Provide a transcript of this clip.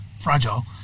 Fragile